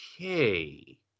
okay